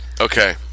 Okay